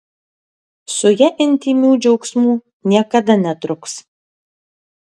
su ja intymių džiaugsmų niekada netruks